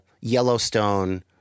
Yellowstone